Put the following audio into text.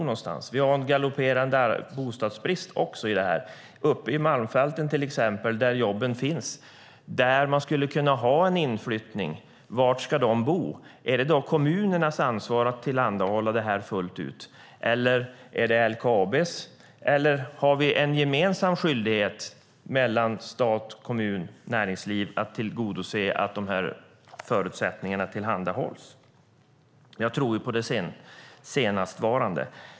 Vi har nämligen också en galopperande bostadsbrist, till exempel i Malmfälten där jobben finns. Där skulle man kunna ha en inflyttning, men var ska folk bo? Är det då kommunernas ansvar att tillhandahålla det här fullt ut? Är det LKAB:s? Eller har vi en gemensam skyldighet mellan stat, kommun och näringsliv att tillgodose att dessa förutsättningar tillhandahålls? Jag tror på det senare.